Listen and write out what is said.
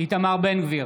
איתמר בן גביר,